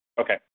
Okay